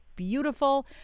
Beautiful